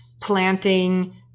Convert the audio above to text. planting